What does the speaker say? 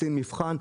קצין מבחן.